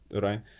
right